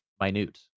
minute